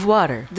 Water